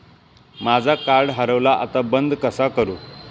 माझा कार्ड हरवला आता बंद कसा करू?